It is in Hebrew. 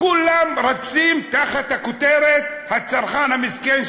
כולם רצים תחת הכותרת: הצרכן המסכן,